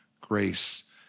grace